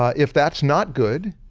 ah if that's not good,